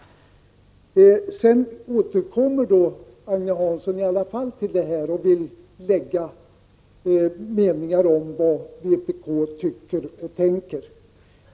Agne Hansson återkom till detta och till vad vpk tycker och tänker.